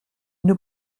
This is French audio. nous